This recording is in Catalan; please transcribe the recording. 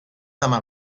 demà